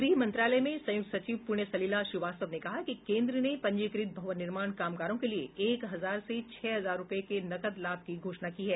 गृह मंत्रालय में संयुक्त सचिव पुण्य सलिला श्रीवास्तव ने कहा कि केन्द्र ने पंजीकृत भवन निर्माण कामगारों के लिए एक हजार से छह हजार रुपये के नकद लाभ की घोषणा की है